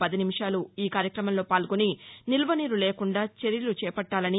పది నిమిషాలు ఈ కార్యక్రమంలో పాల్గొని నిల్వ నీరు లేకుండా చర్యలు చేపట్టాలని